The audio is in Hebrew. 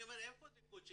אני אומר, איפה זה קוצ'ין?